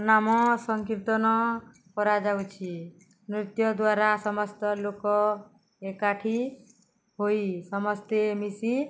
ନାମ ସଂକୀର୍ତ୍ତନ କରାଯାଉଛି ନୃତ୍ୟ ଦ୍ୱାରା ସମସ୍ତ ଲୋକ ଏକାଠି ହୋଇ ସମସ୍ତେ ମିଶି